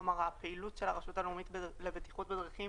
כלומר, הפעילות של הרשות הלאומית לבטיחות בדרכים